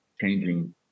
changing